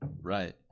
right